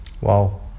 Wow